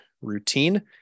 routine